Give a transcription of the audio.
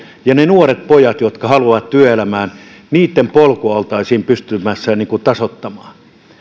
ja niiden nuorten poikien jotka haluavat työelämään polkua oltaisiin pystymässä tasoittamaan